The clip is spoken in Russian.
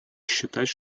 считать